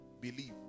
Believe